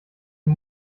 dem